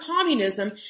communism